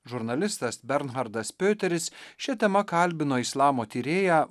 žurnalistas bernhardas piuteris šia tema kalbino islamo tyrėją